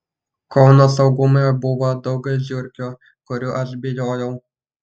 kauno saugume buvo daug žiurkių kurių aš bijojau